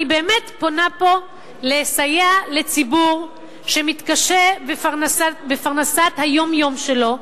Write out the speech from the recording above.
אני באמת פונה פה לסייע לציבור שמתקשה בפרנסת היום-יום שלו,